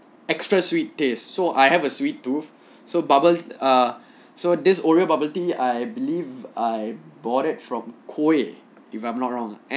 extra sweet taste so I have a sweet tooth so bubble ah so this oreo bubble tea I believe I bought it from koi if I'm not wrong and